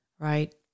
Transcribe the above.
Right